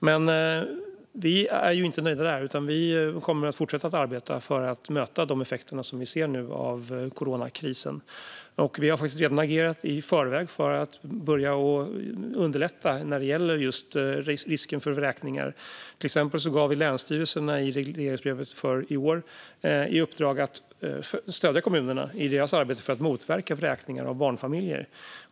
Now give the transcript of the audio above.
Men vi är inte nöjda med detta, utan vi kommer att fortsätta arbeta för att möta de effekter som vi nu ser av coronakrisen. Vi har faktiskt redan agerat i förväg för att börja underlätta när det gäller just risken för vräkningar. Vi gav till exempel länsstyrelserna i regleringsbrevet för i år i uppdrag att stödja kommunerna i deras arbete för att motverka vräkningar av barnfamiljer.